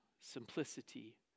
simplicity